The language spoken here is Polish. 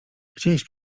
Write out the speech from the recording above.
gdzieś